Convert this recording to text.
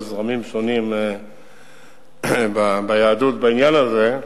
יש זרמים שונים ביהדות בעניין הזה.